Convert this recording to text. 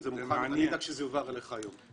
זה מוכן, אני אדאג שזה יועבר אליך היום.